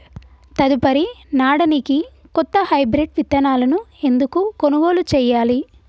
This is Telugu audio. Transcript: తదుపరి నాడనికి కొత్త హైబ్రిడ్ విత్తనాలను ఎందుకు కొనుగోలు చెయ్యాలి?